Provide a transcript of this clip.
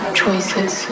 choices